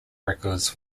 records